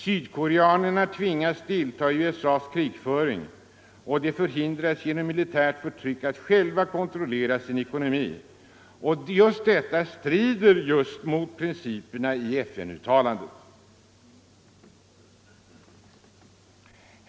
Sydkoreanerna tvingas delta i USA:s krigföring och de förhindras genom militärt förtryck att själva kontrollera sin ekonomi. Detta strider mot principerna i FN-uttalandet.